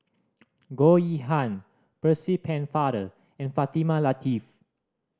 Goh Yihan Percy Pennefather and Fatimah Lateef